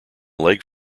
leg